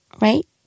right